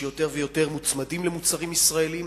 שיותר ויותר מוצמדים למוצרים ישראליים,